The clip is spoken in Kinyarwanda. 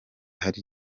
hari